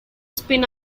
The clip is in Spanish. spin